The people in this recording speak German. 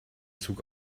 zug